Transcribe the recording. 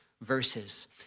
verses